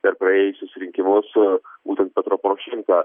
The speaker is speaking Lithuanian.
per praėjusius rinkimus būtent petro porošenka